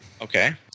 Okay